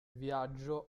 viaggio